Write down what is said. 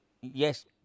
yes